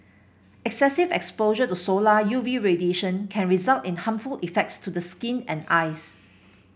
excessive exposure to solar U V radiation can result in harmful effects to the skin and eyes